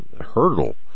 hurdle